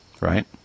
Right